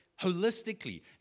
holistically